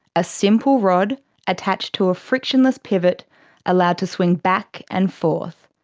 a simple rod attached to a frictionless pivot allowed to swing back and forth.